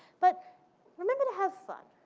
but remember to have fun.